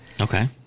Okay